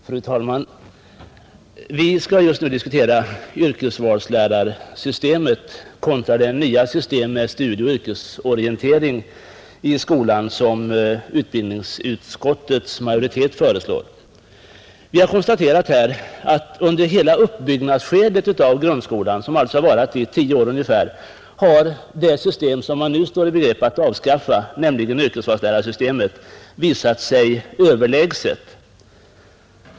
Fru talman! Vi skall just nu diskutera yrkesvalslärarsystemet kontra det nya system med studieoch yrkesorientering i skolan som utbildningsutskottets majoritet föreslår. Vi har konstaterat här i dag att under hela uppbyggnadsskedet av grundskolan som alltså har varat i tio år ungefär har det system som man nu står i begrepp att avskaffa, nämligen yrkesvalslärarsystemet, visat sig överlägset.